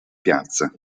piazza